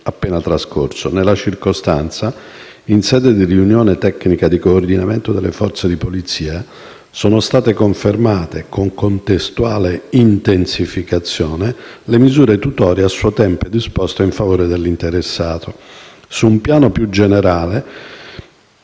luglio scorso. Nella circostanza, in sede di riunione tecnica di coordinamento delle forze di polizia, sono state confermate, con contestuale intensificazione, le misure tutorie a suo tempo disposte in favore dell'interessato. Su un piano più generale,